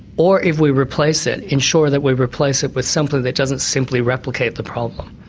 or if we replace it, ensure that we replace it with something that doesn't simply replicate the problem.